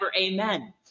Amen